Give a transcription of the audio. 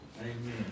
Amen